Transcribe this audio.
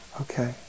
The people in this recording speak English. Okay